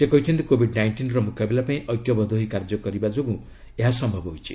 ସେ କହିଛନ୍ତି କୋବିଡ୍ ନାଇଣ୍ଟିନ୍ର ମୁକାବିଲା ପାଇଁ ଐକ୍ୟବଦ୍ଧ ହୋଇ କାର୍ଯ୍ୟ କରାଯିବା ଯୋଗୁଁ ଏହା ସମ୍ଭବ ହୋଇଛି